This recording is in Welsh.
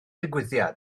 digwyddiad